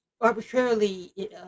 arbitrarily